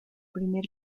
primer